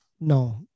No